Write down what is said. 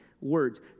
words